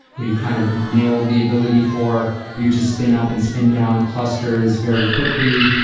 we've kind of nailed the ability for you to spin up and spin down clusters very quickly.